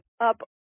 up